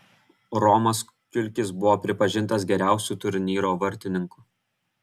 romas kiulkis buvo pripažintas geriausiu turnyro vartininku